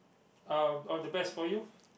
oh all the best for you